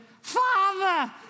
Father